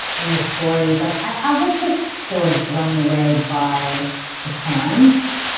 in the stories. like i was just sort of blown away by the parents,